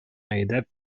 әйдәп